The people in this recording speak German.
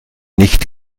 nicht